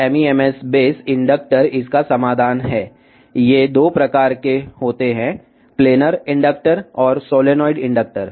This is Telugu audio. దీనికి పరిష్కారం RF MEMS ఆధారిత ప్రేరకాలు మాత్రమే ఇవి 2 రకాలు ప్లానర్ ప్రేరకాలు మరియు సోలేనోయిడ్ ప్రేరకాలు